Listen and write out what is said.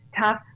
tough